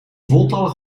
voltallig